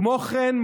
כמו כן,